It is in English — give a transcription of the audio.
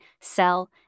sell